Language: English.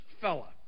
fella